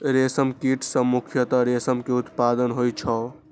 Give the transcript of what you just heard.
रेशम कीट सं मुख्यतः रेशम के उत्पादन होइ छै